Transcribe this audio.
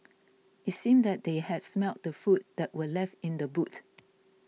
it seemed that they had smelt the food that were left in the boot